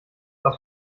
aus